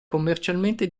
commercialmente